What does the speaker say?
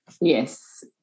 Yes